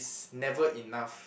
never enough